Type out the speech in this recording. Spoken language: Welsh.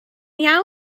iawn